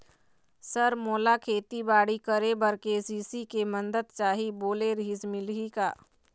Sir मोला खेतीबाड़ी करेबर के.सी.सी के मंदत चाही बोले रीहिस मिलही का?